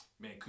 Man